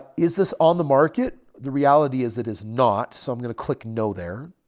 is this on the market? the reality is it is not. so, i'm going to click no there.